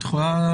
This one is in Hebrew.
את יכולה,